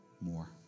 more